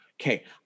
Okay